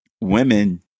women